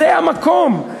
זה המקום,